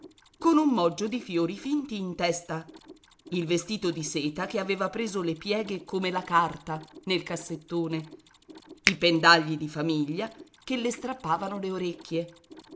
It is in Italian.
con un moggio di fiori finti in testa il vestito di seta che aveva preso le pieghe come la carta nel cassettone i pendagli di famiglia che le strappavano le orecchie